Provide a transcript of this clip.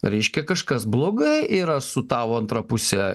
reiškia kažkas blogai yra su tavo antra puse